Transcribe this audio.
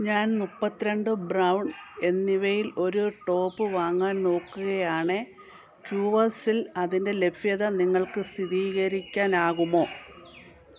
ഞാൻ മുപ്പത്തിരണ്ട് ബ്രൗൺ എന്നിവയിൽ ഒരു ടോപ്പ് വാങ്ങാൻ നോക്കുകയാണ് കുവേർസിൽ അതിൻ്റെ ലഭ്യത നിങ്ങൾക്ക് സ്ഥിരീകരിക്കാനാകുമോ